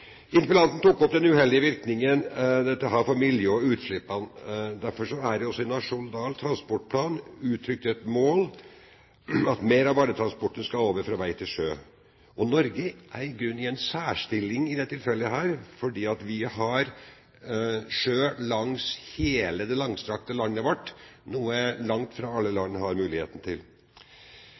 Interpellanten tok opp den uheldige virkningen dette har for miljøet og utslippene. Derfor er det også i Nasjonal transportplan uttrykt et mål om at mer av varetransporten skal over fra vei til sjø. Norge er i grunnen i en særstilling i dette tilfellet, fordi vi har sjø langs hele det langstrakte landet vårt, noe langt fra alle land har.